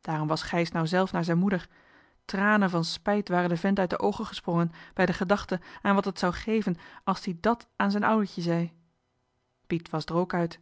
daarom was gijs nou zelf naar zijn moeder tranen van spijt waren den vent uit de oogen gesprongen bij de gedachte aan wat het zou geven as t ie dat aan zijn ouwetje zei piet was d'er ook uit